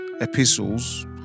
epistles